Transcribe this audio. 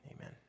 Amen